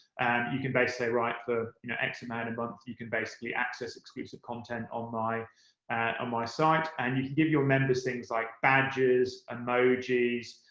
you can basically say, right, for you know x amount a month, you can basically access exclusive content on my my site, and you can give your members things like badges, emojis,